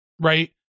Right